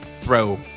throw